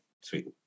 sweet